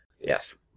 Yes